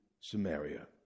Samaria